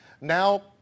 now